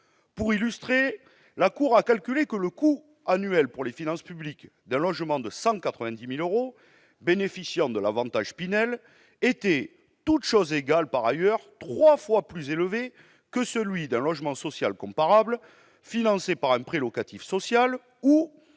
d'illustration, la Cour a calculé que le coût annuel pour les finances publiques d'un logement de 190 000 euros bénéficiant de l'avantage Pinel était, toutes choses égales par ailleurs, trois fois plus élevé que celui d'un logement social comparable, financé par un prêt locatif social, ou